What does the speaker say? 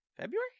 February